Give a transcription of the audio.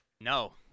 No